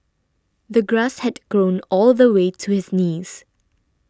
the grass had grown all the way to his knees